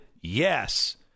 yes